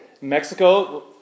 Mexico